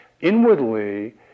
inwardly